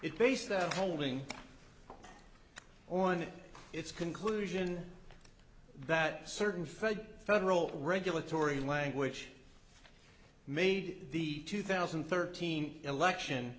it based that holding on its conclusion that certain fed federal regulatory language made the two thousand and thirteen election